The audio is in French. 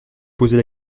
poser